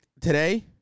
today